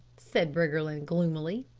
said briggerland gloomily.